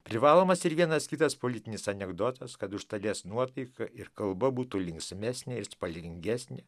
privalomas ir vienas kitas politinis anekdotas kad iš dalies nuotaika ir kalba būtų linksmesnė ir spalvingesnė